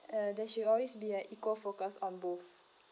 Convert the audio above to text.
uh there should always be an equal focus on both